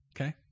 okay